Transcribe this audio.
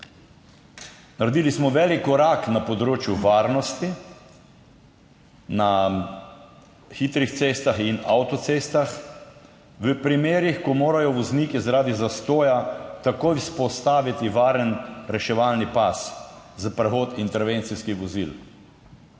Naredili smo velik korak na področju varnosti na hitrih cestah in avtocestah, v primerih, ko morajo vozniki zaradi zastoja takoj vzpostaviti varen reševalni pas za prehod intervencijskih vozil.